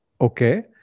okay